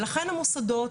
ולכן המוסדות,